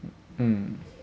mm